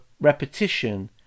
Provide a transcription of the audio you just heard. repetition